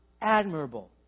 admirable